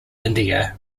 india